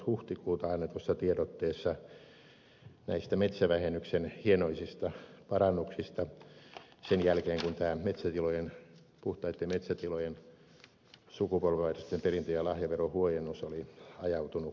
huhtikuuta annetussa tiedotteessa kerrottiin näistä metsävähennyksen hienoisista parannuksista sen jälkeen kun tämä puhtaitten metsätilojen sukupolvenvaihdosten perintö ja lahjaverohuojennus oli ajautunut karille